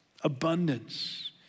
abundance